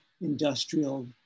industrial